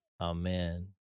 Amen